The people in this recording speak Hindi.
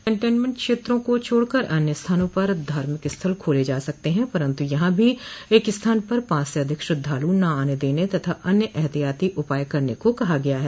कंटेन्मेंट क्षेत्रों को छोड़कर अन्य स्थानों पर धार्मिक स्थल खोले जा सकते हैं परन्तु यहां भी एक स्थान पर पांच से अधिक श्रद्वालु न आने देने तथा अन्य एहतियाती उपाय करने को कहा गया है